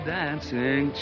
dancing